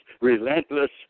relentless